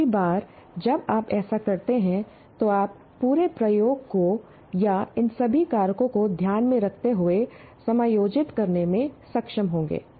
दूसरी बार जब आप ऐसा करते हैं तो आप पूरे प्रयोग को या इन सभी कारकों को ध्यान में रखते हुए समायोजित करने में सक्षम होंगे